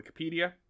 wikipedia